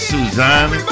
Suzanne